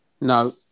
No